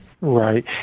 right